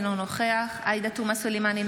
אינו נוכח עאידה תומא סלימאן,